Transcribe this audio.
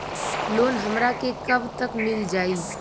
Loan हमरा के कब तक मिल जाई?